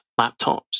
laptops